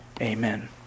Amen